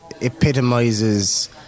epitomizes